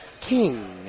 king